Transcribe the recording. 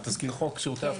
על תזכיר חוק שירותי אבטחה?